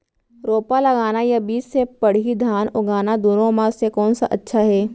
रोपा लगाना या बीज से पड़ही धान उगाना दुनो म से कोन अच्छा हे?